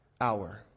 hour